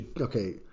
Okay